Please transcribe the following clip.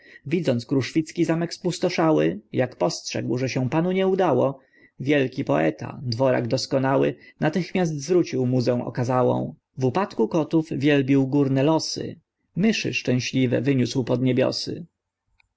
widząc kruszwicki zamek spustoszały jak postrzegł że się panu nie udało wielki poeta dworak doskonały natychmiast zwrócił muzę okazałą w upadku kotów wielbił górne losy myszy szczęśliwe wyniósł pod niebiosy